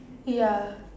ya